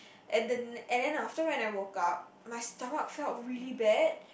and the n~ and then after when I woke up my stomach felt really bad